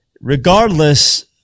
Regardless